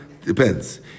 depends